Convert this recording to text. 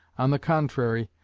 on the contrary,